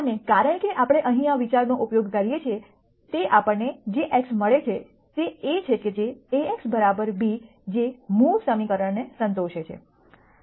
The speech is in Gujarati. અને કારણ કે આપણે અહીં આ વિચારનો ઉપયોગ કરીએ છીએ તે આપણને જે x મળે છે તે એ છે કે જે A x b જે મૂળ સમીકરણને સંતોષે છે